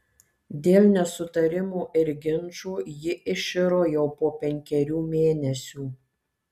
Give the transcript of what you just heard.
dėl nesutarimų ir ginčų ji iširo jau po penkerių mėnesių